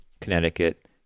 Connecticut